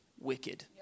wicked